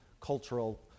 cultural